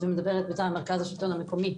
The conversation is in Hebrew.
ומדברת מטעם מרכז השלטון המקומי.